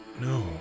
No